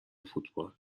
فوتبال